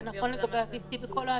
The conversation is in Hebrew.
זה נכון לגבי ה-VC בכל ההליכים.